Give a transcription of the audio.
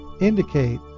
indicate